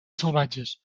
salvatges